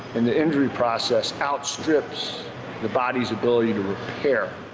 and the injury process outstrips the body's ability to repair.